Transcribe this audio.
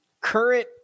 current